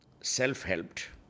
self-helped